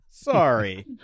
Sorry